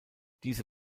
diese